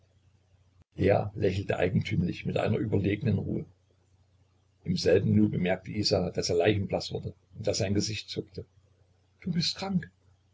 er lächelte eigentümlich mit einer überlegenen ruhe im selben nu bemerkte isa daß er leichenblaß wurde und daß sein gesicht zuckte du bist krank